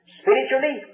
spiritually